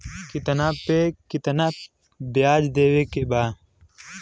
कितना पे कितना व्याज देवे के बा?